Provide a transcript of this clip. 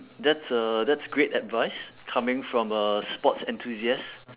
that's uh that's great advice coming from a sports enthusiast